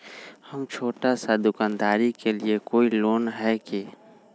हम छोटा सा दुकानदारी के लिए कोई लोन है कि?